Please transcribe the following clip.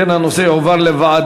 אם כן, הנושא יועבר לוועדת